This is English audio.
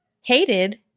hated